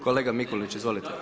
Kolega Mikulić izvolite.